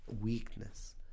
weakness